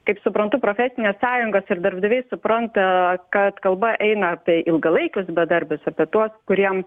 kaip suprantu profesinės sąjungos ir darbdaviai supranta kad kalba eina tai ilgalaikius bedarbius apie tuos kuriem